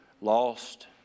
Lost